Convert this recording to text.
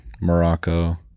morocco